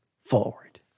forward